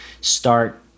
start